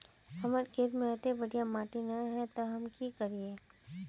हमर खेत में अत्ते बढ़िया माटी ने है ते हम की करिए?